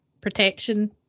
protection